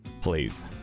please